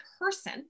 person